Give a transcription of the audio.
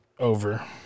Over